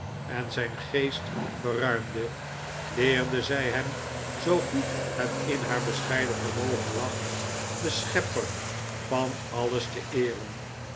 en zijn geest verruimde leerde zij hem zoo goed het in haar bescheiden vermogen lag den schepper van alles te eeren